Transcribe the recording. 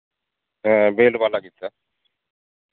ᱦᱮᱸ ᱵᱮᱞᱴ ᱵᱟᱞᱟ ᱡᱩᱛᱟᱹ